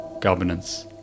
governance